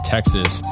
Texas